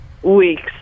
weeks